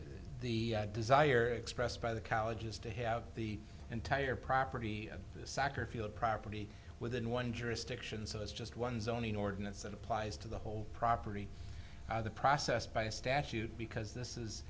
the desire expressed by the colleges to have the entire property of the soccer field property within one jurisdiction so that's just one zoning ordinance that applies to the whole property the process by statute because this is